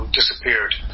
disappeared